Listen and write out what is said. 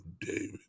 David